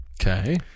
Okay